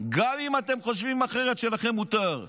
גם אם אתם חושבים אחרת, שלכם מותר.